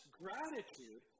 gratitude